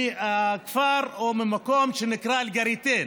מכפר או ממקום שנקרא אל-גריטן.